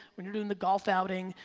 when you're doin' the golf outing,